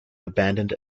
abandoned